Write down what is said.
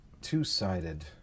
two-sided